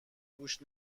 گوش